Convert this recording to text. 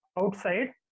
outside